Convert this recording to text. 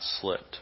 slipped